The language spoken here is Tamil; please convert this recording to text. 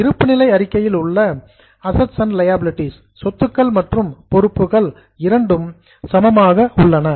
இருப்பு நிலை அறிக்கையில் உள்ள அசட்ஸ் அண்ட் லியாபிலிடீஸ் சொத்துக்கள் மற்றும் பொறுப்புகள் இரண்டும் டேலியிங் சமமாக உள்ளன